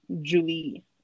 Julie